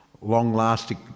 long-lasting